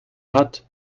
hat